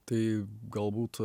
tai galbūt